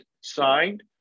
signed